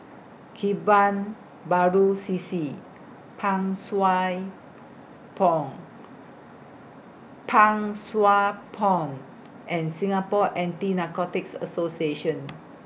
Kebun Baru C C Pang Pond Pang Sua Pond and Singapore Anti Narcotics Association